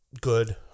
good